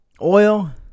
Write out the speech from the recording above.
oil